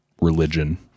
religion